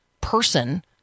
person